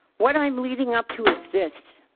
what i'm leading up to is this